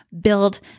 build